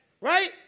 right